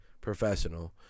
professional